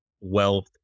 wealth